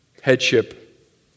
Headship